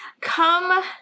come